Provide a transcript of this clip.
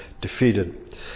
defeated